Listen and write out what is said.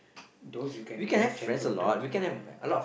those you can really chat to talk and all that